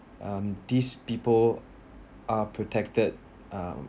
um these people are protected um